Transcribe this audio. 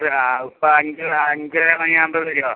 ആ ഇപ്പോൾ അഞ്ച് അഞ്ചര മണി ആവുമ്പോൾ വരുമോ